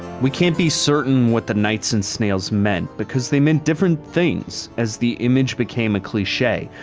we can't be certain what the knights and snails meant because they meant different things as the image became a cliche.